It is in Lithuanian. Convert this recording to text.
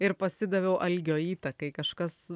ir pasidaviau algio įtakai kažkas